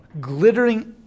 glittering